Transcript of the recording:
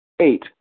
Eight